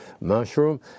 mushroom